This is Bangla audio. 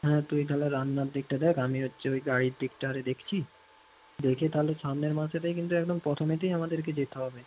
হ্যাঁ তুই তাহলে রান্নার দিকটা দেখ আমি হচ্ছে ওই গাড়ির দিকটা আরে দেখছি দেখে তাহলে সামনের মাসেতেই কিন্তু একদম প্রথমেতেই আমাদেরকে যেতে হবে